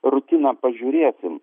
rutiną pažiūrėsim